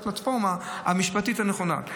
יש לו הפלטפורמה המשפטית הנכונה.